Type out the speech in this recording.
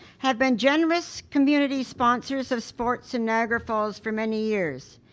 have been generous community sponsors of sports in niagara falls for many years.